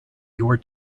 your